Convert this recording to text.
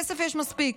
כסף יש מספיק,